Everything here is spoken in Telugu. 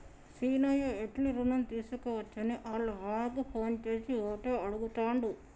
సీనయ్య ఎట్లి రుణం తీసుకోవచ్చని ఆళ్ళ మామకు ఫోన్ చేసి ఓటే అడుగుతాండు